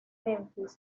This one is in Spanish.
memphis